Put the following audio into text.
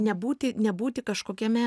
nebūti nebūti kažkokiame